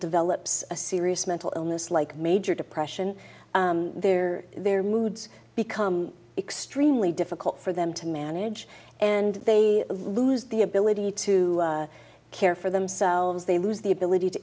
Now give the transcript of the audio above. develops a serious mental illness like major depression their their moods become extremely difficult for them to manage and they lose the ability to care for themselves they lose the ability to